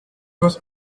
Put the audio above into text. was